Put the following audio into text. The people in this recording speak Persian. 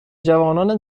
جوانان